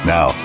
Now